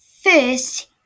First